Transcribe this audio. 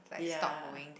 ya